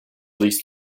least